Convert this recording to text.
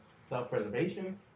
self-preservation